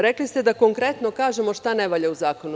Rekli ste da konkretno kažemo šta ne valja u zakonu.